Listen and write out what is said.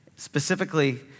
Specifically